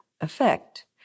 effect